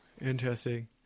Interesting